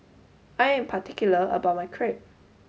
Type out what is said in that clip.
I am particular about my Crepe